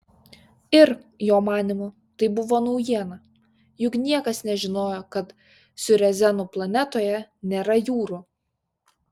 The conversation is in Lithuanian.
ir jo manymu tai buvo naujiena juk niekas nežinojo kad siuzerenų planetoje nėra jūrų